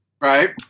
Right